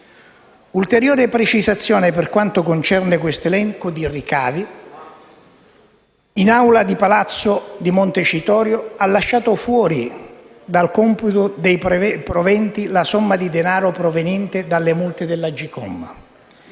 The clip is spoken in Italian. Ulteriore precisazione per quanto concerne questo elenco di ricavi: l'Assemblea di Palazzo Montecitorio ha lasciato fuori dal computo dei proventi la somma di denaro proveniente dalle multe dell'AGCOM.